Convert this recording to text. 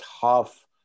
tough